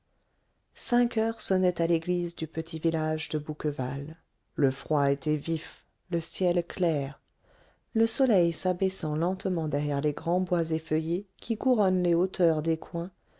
cinq heures sonnaient à l'église du petit village de bouqueval le froid était vif le ciel clair le soleil s'abaissant lentement derrière les grands bois effeuillés qui couronnent les hauteurs